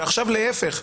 ועכשיו להפך,